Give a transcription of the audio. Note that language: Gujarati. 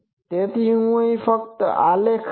તેથી હું ફક્ત આ આલેખ કરીશ